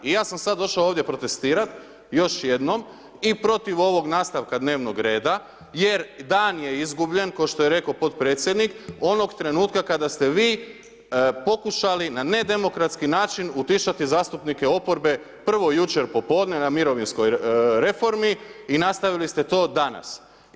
I ja sam sad došao ovdje protestirati, još jednom i protiv ovog nastavka dnevnog reda, jer dan je izgubljen, ko što je rekao potpredsjednik, onog trenutka kada ste vi pokušali na nedemokratski način utišati zastupnike oporbe, prvo jučer popodne, na mirovinskoj reformi i nastavili ste to danas.